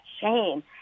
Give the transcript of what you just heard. shame